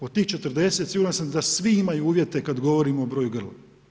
Od tih 40, siguran sam da svi imaju uvjete kad govorimo o broju grla.